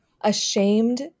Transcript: ashamed